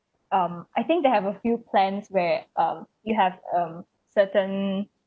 um I think they have a few plans where um you have um certain